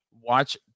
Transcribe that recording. Watch